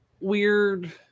weird